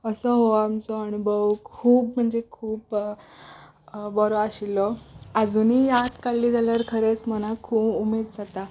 असो हो आमचो अणभव खूब म्हणजे खूब बरो आशिल्लो आजूनय याद काडली जाल्यार खरेंच मनाक खूब उमेद जाता